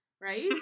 right